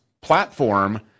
platform